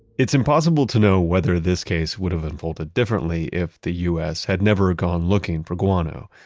it's impossible to know whether this case would have unfolded differently if the us had never gone looking for guano,